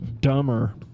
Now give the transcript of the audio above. Dumber